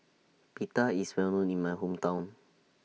Pita IS Well known in My Hometown